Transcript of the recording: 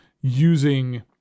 using